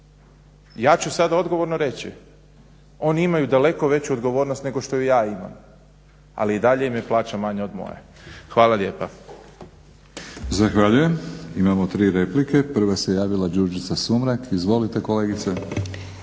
Ja ću sada odgovorno reći oni imaju daleko veću odgovornost nego što ju ja imam, ali i dalje im je plaća manja od moje. Hvala lijepa.